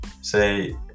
Say